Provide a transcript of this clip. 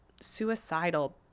suicidal